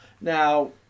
Now